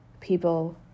people